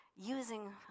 using